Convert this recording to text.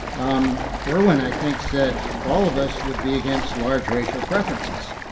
um erwin i think said all of us would be against large racial preferences.